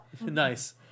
Nice